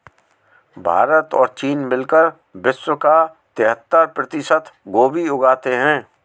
भारत और चीन मिलकर विश्व का तिहत्तर प्रतिशत गोभी उगाते हैं